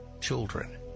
children